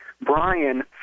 Brian